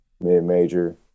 mid-major